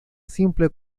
simple